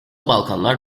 balkanlar